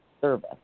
service